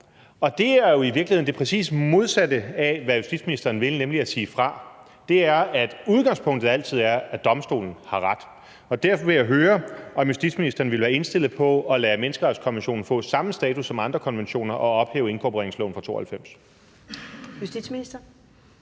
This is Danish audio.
Og det er jo i virkeligheden det præcis modsatte af, hvad justitsministeren vil, nemlig at sige fra. Udgangspunktet er altid, at domstolen har ret. Derfor vil jeg høre, om justitsministeren vil være indstillet på at lade menneskerettighedskonventionen få samme status som andre konventioner og ophæve inkorporeringsloven fra 1992.